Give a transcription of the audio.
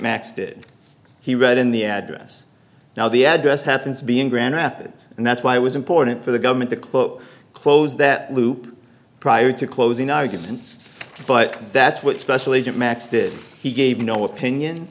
did he wrote in the address now the address happens to be in grand rapids and that's why it was important for the government to cloak close that loop prior to closing arguments but that's what special agent max did he gave no opinion